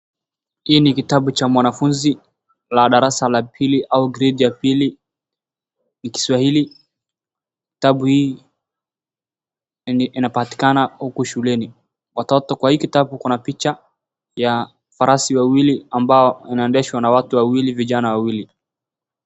Hii ni kitabu cha mwanafunzi wa darasa la pili au grade ya pili ni Kiswahili, kitabu hii inapatikana huku shuleni, watoto kwa hii kitabu kuna picha ya farasi wawili ambao inaendeshwa na watu wawili, vijana wawili.